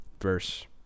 verse